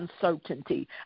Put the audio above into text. uncertainty